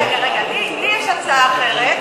רגע, רגע, לי יש הצעה אחרת.